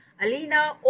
Alina